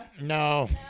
no